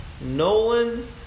Nolan